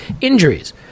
injuries